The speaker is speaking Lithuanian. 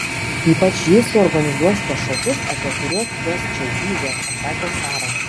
ypač jei suorganizuosite šokius apie kuriuos jos čia zyzė pasakė sara